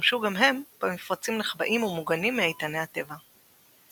השתמשו גם הם במפרצים נחבאים ומוגנים מאיתני הטבע.